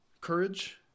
Courage